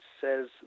says